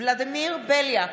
ולדימיר בליאק,